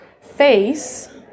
face